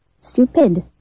stupid